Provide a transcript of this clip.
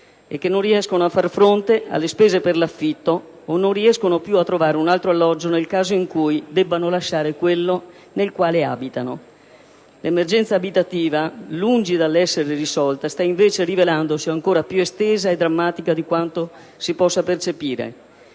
che non riescono a far fronte alle spese per l'affitto o non riescono più a trovare un altro alloggio nel caso in cui debbano lasciare quello nel quale abitano. L'emergenza abitativa, lungi dall'essere risolta, sta invece rivelandosi ancora più estesa e drammatica di quanto si possa percepire;